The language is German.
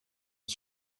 ist